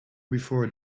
before